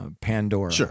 Pandora